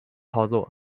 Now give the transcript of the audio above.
操作